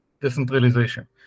decentralization